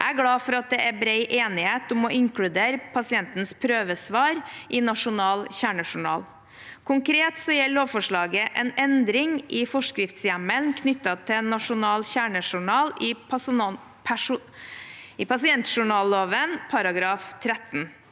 Jeg er glad for at det er bred enighet om å inkludere pasientens prøvesvar i nasjonal kjernejournal. Konkret gjelder lovforslaget en endring i forskriftshjemmelen knyttet til nasjonal kjernejournal i pasientjournalloven § 13.